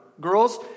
Girls